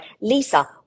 lisa